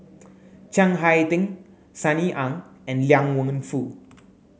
Chiang Hai Ding Sunny Ang and Liang Wenfu